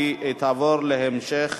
היא תועבר להמשך